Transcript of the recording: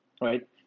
right